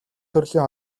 төрлийн